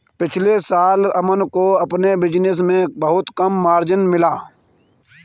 पिछले साल अमन को अपने बिज़नेस से बहुत कम मार्जिन मिला